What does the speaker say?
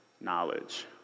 knowledge